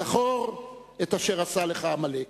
זכור את אשר עשה לך עמלק: